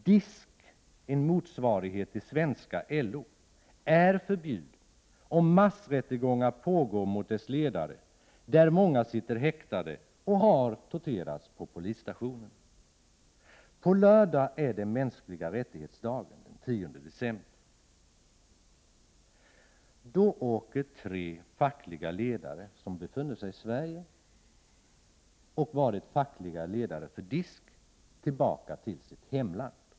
DISK, en motsvarighet till svenska LO, är förbjuden, och massrättegångar pågår mot dess ledare. Många sitter häktade och har torterats på polisstationerna. På lördag den 10 december, de mänskliga rättigheternas dag, åker tre personer som har varit fackliga ledare för DISK och som befunnit sig i Sverige tillbaka till sitt hemland.